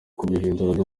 kubihindura